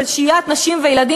של שהיית נשים וילדים,